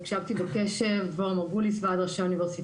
הקשבתי בקשב רב.